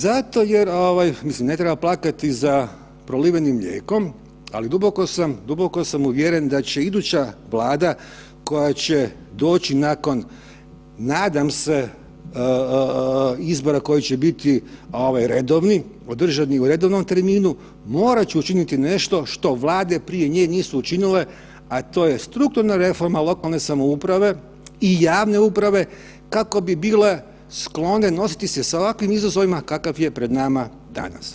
Zato jer ovaj, mislim ne treba plakati za prolivenim mlijekom, ali duboko sam, duboko sam uvjeren da će iduća Vlada koja će doći nakon, nadam se, izbora koji će biti ovaj redovni, održani u redovnom terminu, morat će učiniti nešto što Vlade prije nje nisu učinile, a to je strukturna reforma lokalne uprave i javne uprave kako bi bile sklone nositi se sa ovakvim izazovima kakav je pred nama danas.